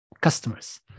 customers